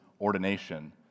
ordination